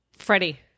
Freddie